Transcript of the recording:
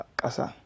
kasa